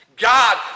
God